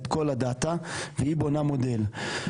את כל הדאטה והיא בונה מודל.